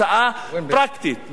הצעה פרקטית,